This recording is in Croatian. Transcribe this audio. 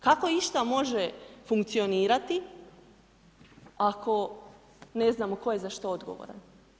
Kako išta može funkcionirati ako ne znamo tko je za što odgovoran?